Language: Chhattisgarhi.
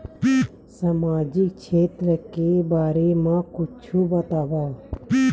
सामाजिक क्षेत्र के बारे मा कुछु बतावव?